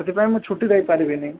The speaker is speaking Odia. ସେଥିପାଇଁ ମୁଁ ଛୁଟି ଦେଇ ପାରିବିନି